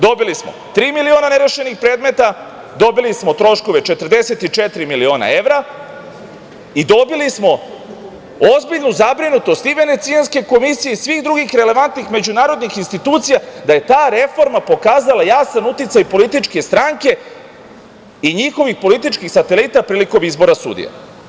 Dobili smo tri miliona nerešenih predmeta, dobili smo troškove 44 miliona evra i dobili smo ozbiljnu zabrinutost i Venecijanske komisije i svih drugih relevantnih međunarodnih institucija da je ta reforma pokazala jasan uticaj političke stranke i njihovih političkih satelita prilikom izbora sudija.